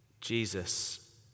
Jesus